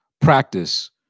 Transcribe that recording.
practice